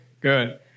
Good